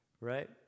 Right